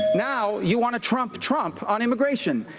now you want to trump trump on immigration.